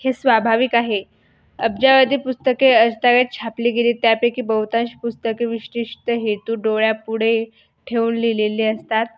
हे स्वाभाविक आहे अब्जावधी पुस्तके आजतागायत छापली गेलीत त्यापैकी बहुतांश पुस्तके विशिष्ट हेतू डोळ्यापुढे ठेवून लिहिलेली असतात